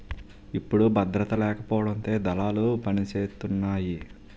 ఇప్పుడు భద్రత లేకపోవడంతో దళాలు పనిసేతున్నాయి